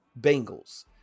Bengals